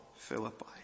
Philippi